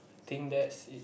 think that's it